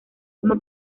como